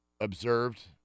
observed